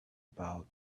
about